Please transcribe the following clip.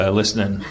listening